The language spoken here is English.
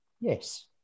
Yes